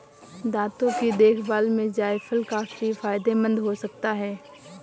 दांतों की देखभाल में जायफल काफी फायदेमंद हो सकता है